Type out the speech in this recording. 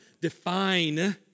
define